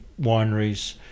wineries